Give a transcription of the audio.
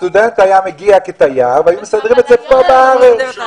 הסטודנט היה מגיע כתייר והיו מסדרים את זה פה בארץ.